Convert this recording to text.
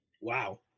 Wow